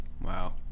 Wow